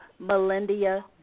Melindia